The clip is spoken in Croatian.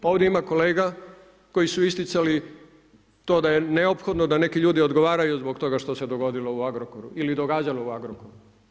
Ovdje ima kolega koji su isticali to da je neophodno da neki ljudi odgovaraju zbog toga što se dogodilo u Agrokoru ili događalo u Agrokoru.